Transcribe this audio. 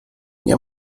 nie